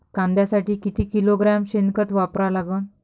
कांद्यासाठी किती किलोग्रॅम शेनखत वापरा लागन?